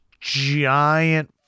giant